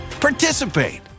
participate